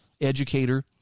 educator